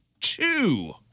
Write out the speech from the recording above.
two